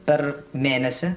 per mėnesį